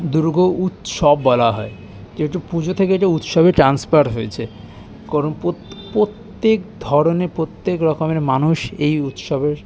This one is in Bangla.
দুর্গ উৎসব বলা হয় যেহেতু পুজো থেকে এটা উৎসবে ট্রান্সফার হয়েছে কারণ পোত প্রত্যেক ধরনের প্রত্যেক রকমের মানুষ এই উৎসবের